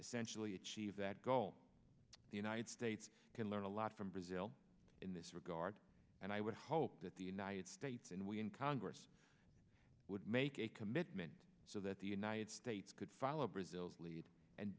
essentially achieve that goal the united states can learn a lot from brazil in this regard and i would hope that the united states and we in congress would make a commitment so that the united states could follow brazil's lead and